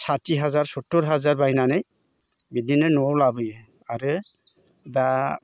साटि हाजार सटुर हाजार बायनानै बिदिनो न'वाव लाबोयो आरो दा